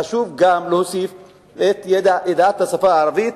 חשוב גם להוסיף את ידיעת השפה הערבית,